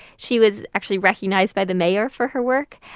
she was actually recognized by the mayor for her work.